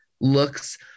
looks